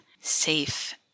safe